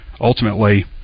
ultimately